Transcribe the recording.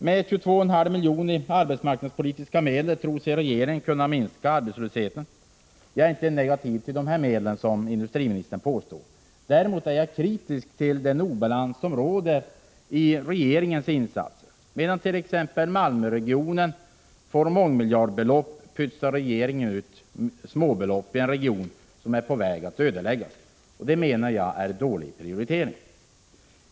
Med 22,5 miljoner i form av arbetsmarknadspolitiska medel tror sig regeringen kunna minska arbetslösheten. Jag är inte negativt inställd till dessa medel, vilket industriministern påstår. Däremot ser jag kritiskt på den obalans som råder när det gäller regeringens insatser. Medan t.ex. Malmöregionen får mångmiljardbelopp pytsar regeringen ut småbeloppi en region som är på väg att ödeläggas. Jag menar att det är en dålig prioritering.